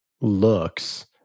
looks